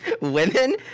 women